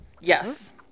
Yes